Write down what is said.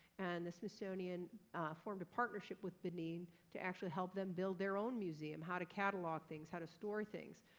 and the smithsonian formed a partnership with benin to actually help them build their own museum. how to catalog things. how to store things.